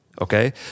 okay